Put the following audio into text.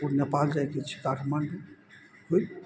ओ नेपाल जाइके छै काठमाण्डू बैसू ने